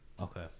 Okay